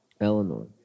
Eleanor